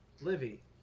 Livy